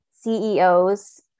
CEOs